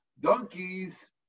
donkeys